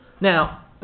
Now